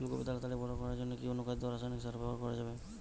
ফুল কপি তাড়াতাড়ি বড় করার জন্য কি অনুখাদ্য ও রাসায়নিক সার ব্যবহার করা যাবে?